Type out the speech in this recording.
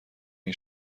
این